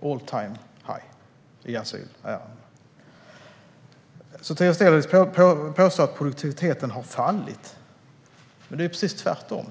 är all-time-high för asylärenden. Sotiris Delis påstår att produktiviteten har fallit, men det är ju precis tvärtom.